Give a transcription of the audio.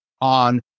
on